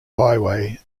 highway